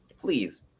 please